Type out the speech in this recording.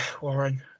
Warren